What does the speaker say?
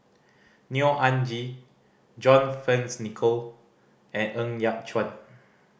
Neo Anngee John Fearns Nicoll and Ng Yat Chuan